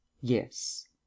Yes